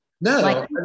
No